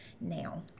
now